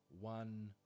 One